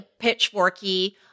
pitchforky